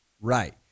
Right